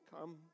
come